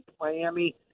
Miami